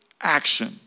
action